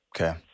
Okay